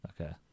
okay